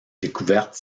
découvertes